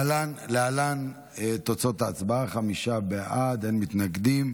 להלן תוצאות ההצבעה: חמישה בעד, אין מתנגדים.